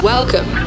Welcome